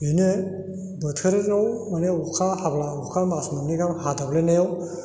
बेनो बोथोराव माने अखा हाब्ला अखा मास मोननै गाहाम हादामब्लेनायाव